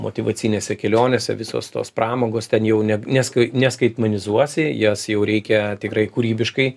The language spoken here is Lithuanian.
motyvacinėse kelionėse visos tos pramogos ten jau ne neskai neskaitmenizuosi jas jau reikia tikrai kūrybiškai